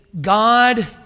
God